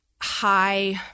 high